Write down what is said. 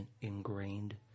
ingrained